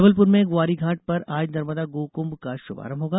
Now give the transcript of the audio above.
जबलपुर में ग्वारीघाट पर आज नर्मदा गौ कुंभ का शुभारंभ होगा